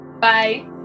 Bye